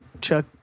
Chuck